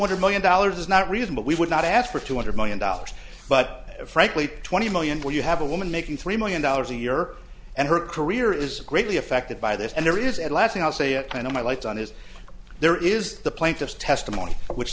hundred million dollars is not reasonable we would not ask for two hundred million dollars but frankly twenty million where you have a woman making three million dollars a year and her career is greatly affected by this and there is at last thing i'll say a kind of my lights on is there is the plaintiff's testimony which